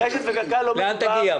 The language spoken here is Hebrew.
לאן תגיע?